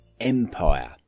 Empire